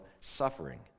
suffering